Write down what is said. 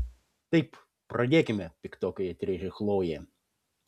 taip pradėkime piktokai atrėžė chlojė